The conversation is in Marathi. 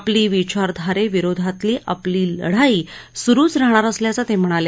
आपली विचारधारे विरोधातली आपली लढाई स्रुच राहणार असल्याचं ते म्हणाले